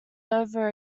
over